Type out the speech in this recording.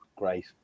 great